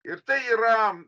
ir tai yra